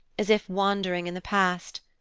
as if wandering in the past,